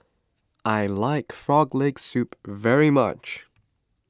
I like Frog Leg Soup very much